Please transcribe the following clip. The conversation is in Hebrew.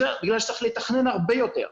בגלל שצריך לתכנן הרבה יותר.